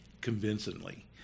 convincingly